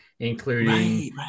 Including